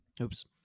Oops